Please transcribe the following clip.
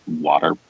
water